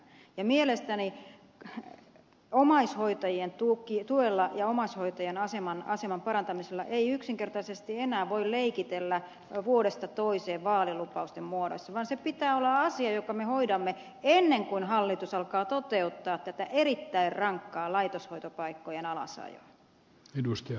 mielestäni omaishoitajien tuella ja omaishoitajan aseman parantamisella ei yksinkertaisesti enää voi leikitellä vuodesta toiseen vaalilupausten muodossa vaan sen pitää olla asia jonka me hoidamme ennen kuin hallitus alkaa toteuttaa tätä erittäin rankkaa laitoshoitopaikkojen alasajoa